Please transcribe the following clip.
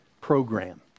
program